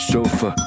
Sofa